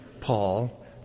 Paul